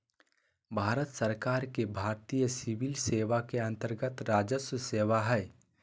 भारत सरकार के भारतीय सिविल सेवा के अन्तर्गत्त राजस्व सेवा हइ